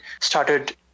started